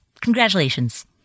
Congratulations